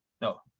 No